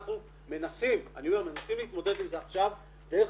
אנחנו מנסים להתמודד עם זה עכשיו דרך